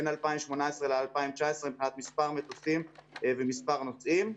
בין 2018 ל-2019 מבחינת מספר מטוסים ומספר נוסעים.